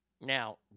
Now